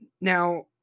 Now